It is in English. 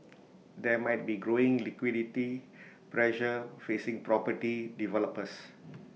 there might be growing liquidity pressure facing property developers